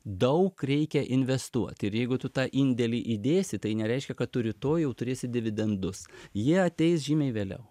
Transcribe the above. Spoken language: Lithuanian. daug reikia investuot ir jeigu tu tą indėlį įdėsi tai nereiškia kad tu rytoj jau turėsi dividendus jie ateis žymiai vėliau